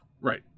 Right